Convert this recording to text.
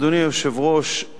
אדוני היושב-ראש,